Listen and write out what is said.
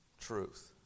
truth